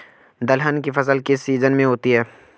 दलहन की फसल किस सीजन में होती है?